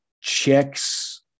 checks